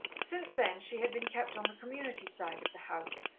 since then, she had been kept on the community side of the house,